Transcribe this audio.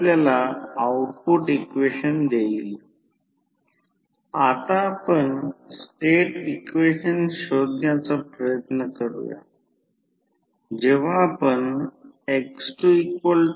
आता क्रमांक 3 कोरची परमियाबिलिटी खूप जास्त आहे जेणेकरून फ्लक्स तयार करण्यासाठी आणि कोरमध्ये स्थापित करण्यासाठी आवश्यक मॅग्नेटायसिंग करंट नगण्य आहे